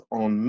on